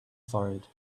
forehead